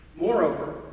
Moreover